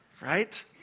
Right